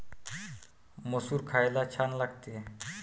मसूर खायला छान लागते